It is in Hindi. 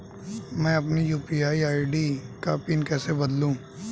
मैं अपनी यू.पी.आई आई.डी का पिन कैसे बदलूं?